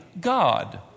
God